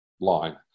line